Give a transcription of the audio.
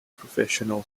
professional